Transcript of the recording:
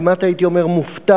כמעט הייתי אומר מופתע,